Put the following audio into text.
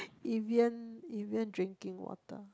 Evian Evian drinking water